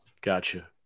Gotcha